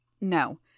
No